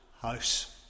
house